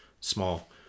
Small